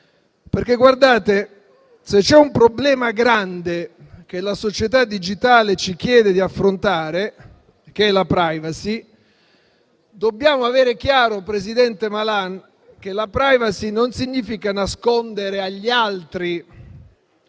Russa. Se c'è un problema grande che la società digitale ci chiede di affrontare, questo è il problema della *privacy*. Dobbiamo avere chiaro, presidente Malan, che *privacy* non significa nascondere agli altri